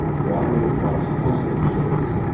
driving requires constant vigilance,